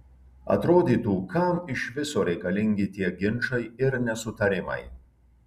atrodytų kam iš viso reikalingi tie ginčai ir nesutarimai